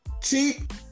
cheap